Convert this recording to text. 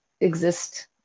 exist